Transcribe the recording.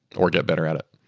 or get better at it